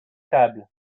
tables